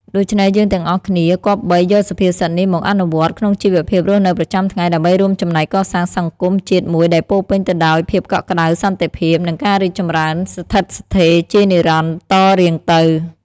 ដូច្នេះ យើងទាំងអស់គ្នាគប្បីយកសុភាសិតនេះមកអនុវត្តន៍ក្នុងជីវភាពរស់នៅប្រចាំថ្ងៃ ដើម្បីរួមចំណែកកសាងសង្គមជាតិមួយដែលពោរពេញទៅដោយភាពកក់ក្ដៅ សន្តិភាព និងការរីកចម្រើនស្ថិតស្ថេរជានិរន្តរ៍តរៀងទៅ។